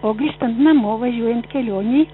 o grįžtant namo važiuojant kelionėj